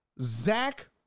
Zach